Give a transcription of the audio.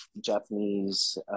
Japanese